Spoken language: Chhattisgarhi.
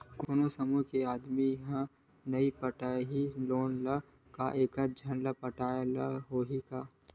कोन समूह के आदमी हा नई पटाही लोन ला का एक झन ला पटाय ला होही का?